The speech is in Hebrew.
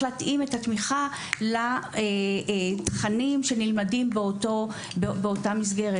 להתאים את התמיכה לתכנים שנלמדים באותה המסגרת.